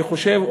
וחושב,